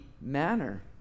manner